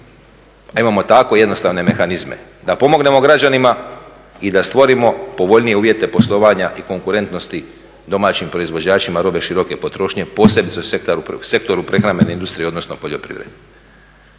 imamo tako jednostavne mehanizme da pomognemo građanima i da stvorimo povoljnije uvjete poslovanja i konkurentnosti domaćim proizvođačima robe široke potrošnje posebice u sektoru prehrambene industrije odnosno poljoprivrede.